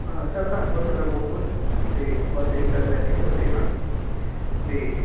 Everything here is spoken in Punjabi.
ਹਾਂ ਸਰ ਧੰਨਵਾਦ ਤੁਹਾਡਾ ਬਹੁਤ ਬਹੁਤ ਅਤੇ ਬਸ ਇਹ ਹੀ ਗੱਲ ਕਰਨੀ ਤੁਹਾਡੇ ਨਾਲ ਅਤੇ